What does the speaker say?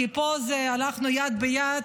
כי פה הלכנו יד ביד